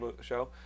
show